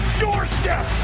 doorstep